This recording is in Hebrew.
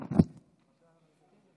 אני מבין את הצעת החוק